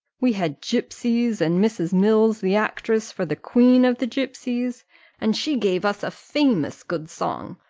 we had gipsies, and mrs. mills the actress for the queen of the gipsies and she gave us a famous good song,